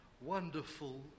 Wonderful